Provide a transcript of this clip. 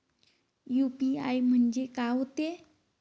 UPI म्हणजे का होते?